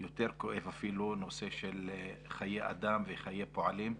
יותר כואב אפילו, נושא של חיי אדם וחיי פועלים.